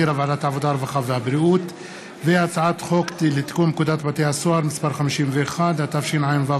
עברה, והיא יורדת מסדר-יומה